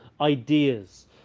ideas